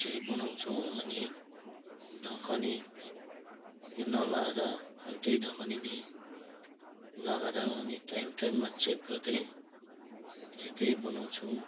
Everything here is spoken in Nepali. त्यसरी बनाउँछौँ अनि ढकनी त्यो नलाएर फाल्टै ढकनीले लगाएर अनि टाइम टाइममा चेक गर्दै हेर्दै बनाउँछौँ